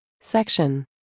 Section